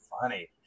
funny